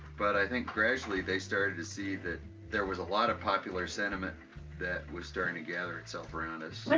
but i think gradually they started to see that there was a lot of popular sentiment that was starting to gather itself around us. especially